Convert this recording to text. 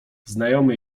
znajomy